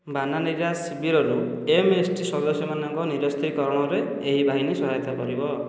ବାନାନୀରାସ୍ ଶିବିରରୁ M S T ସଦସ୍ୟମାନଙ୍କ ନିରସ୍ତ୍ରୀକରଣରେ ଏହି ବାହିନୀ ସହାୟତା କରିବ